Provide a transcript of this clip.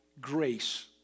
grace